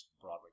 Broadway